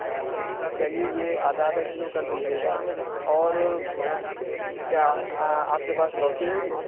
ہاں چلیے یہ آدھا آدھا کلو کر دیجیے گا اور کیا آپ کے پاس لوکی ہوگی